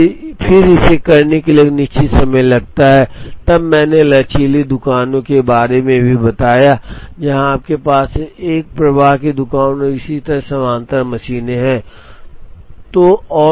और फिर इसे करने के लिए एक निश्चित समय लगता है तब मैंने लचीली दुकानों के बारे में भी बताया जहां आपके पास एक प्रवाह की दुकान और इसी तरह समानांतर मशीनें हैं